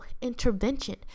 intervention